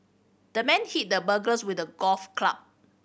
the man hit the burglars with the golf club